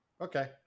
Okay